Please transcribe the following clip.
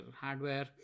hardware